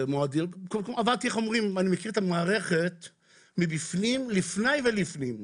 אני מכיר את המערכת במפנים, לפני ומפנים.